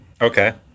Okay